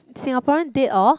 Singaporean dead or